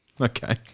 Okay